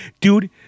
dude